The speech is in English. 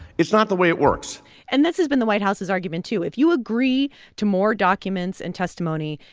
it's not the way it works and this has been the white house's argument, too. if you agree to more documents and testimony,